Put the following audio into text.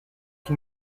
qui